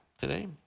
today